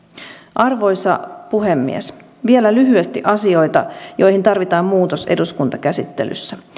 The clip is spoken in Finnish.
arvoisa puhemies vielä lyhyesti asioita joihin tarvitaan muutos eduskuntakäsittelyssä